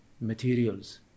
materials